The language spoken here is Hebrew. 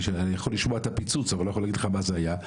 אני יכול לשמוע את הפיצוץ אבל לא יכול להגיד לך מה זה היה,